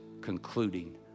concluding